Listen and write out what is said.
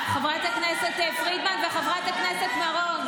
חברת הכנסת שלי.